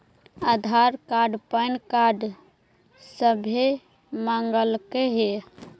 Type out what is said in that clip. आधार card PAN card सभे मगलके हे?